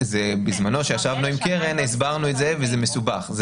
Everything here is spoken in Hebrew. בזמנו, כשישבנו עם קרן, הסברנו את זה וזה מסובך.